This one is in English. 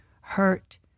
hurt